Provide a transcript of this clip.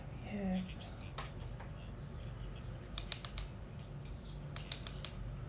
ya